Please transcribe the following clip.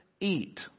eat